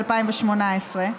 ב-2018,